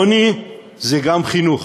עוני זה גם חינוך.